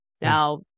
Now